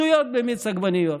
שטויות במיץ עגבניות.